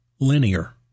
linear